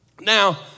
Now